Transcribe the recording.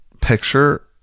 Picture